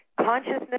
Consciousness